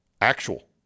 Actual